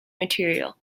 material